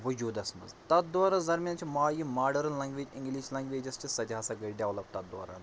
وجوٗدَس منٛز تَتھ دورَس دَرمیان چھِ مایہِ ماڈٲرٕن لنٛگویج اِنٛگلِش لنٛگویجَس چھِ سۄ تہِ ہَسا گٔے ڈٮ۪ولَپ تَتھ دوران